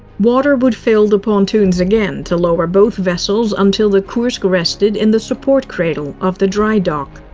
water would fill the pontoons again to lower both vessels until the kursk rested in the support cradle of the dry dock.